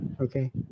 Okay